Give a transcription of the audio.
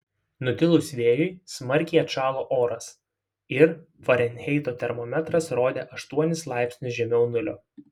nutilus vėjui smarkiai atšalo oras ir farenheito termometras rodė aštuonis laipsnius žemiau nulio